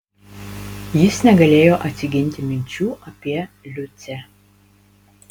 jis negalėjo atsiginti minčių apie liucę